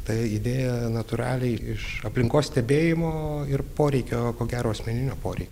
ta idėja natūraliai iš aplinkos stebėjimo ir poreikio ko gero asmeninio poreikio